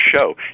show